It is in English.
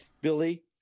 Billy